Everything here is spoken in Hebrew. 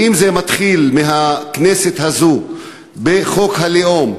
ואם זה מתחיל מהכנסת הזו בחוק הלאום,